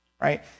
right